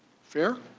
fair?